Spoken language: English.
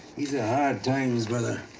these are hard times, brother.